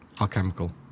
alchemical